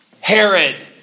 Herod